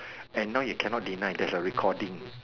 and now you cannot deny there's a recording